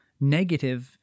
negative